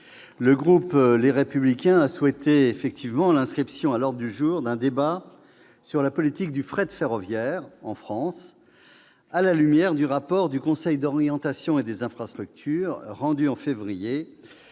le groupe Les Républicains a souhaité l'inscription à l'ordre du jour d'un débat sur la politique de fret ferroviaire en France, à la lumière du rapport du Conseil d'orientation des infrastructures rendu en février